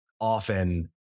often